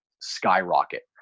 skyrocket